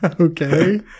Okay